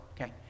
okay